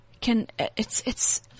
can—it's—it's